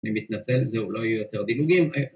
‫אני מתנצל, זהו לא יהיו יותר דילוגים.